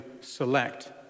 select